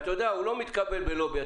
והוא לא מתקבל בלובי,